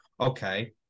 okay